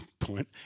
point